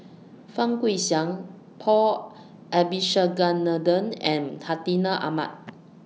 Fang Guixiang Paul Abisheganaden and Hartinah Ahmad